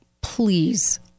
please